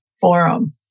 forum